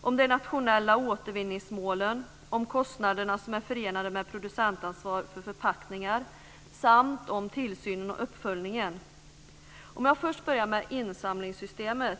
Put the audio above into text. om de nationella återvinningsmålen, om kostnaderna som är förenade med producentansvar för förpackningar samt om tillsynen och uppföljningen. Jag börjar med insamlingssystemen.